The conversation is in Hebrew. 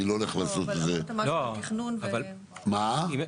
אני לא הולך לעשות את זה --- אם אפשר,